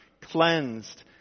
cleansed